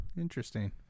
Interesting